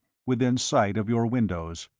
within sight of your windows.